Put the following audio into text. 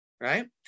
Right